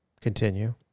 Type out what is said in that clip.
Continue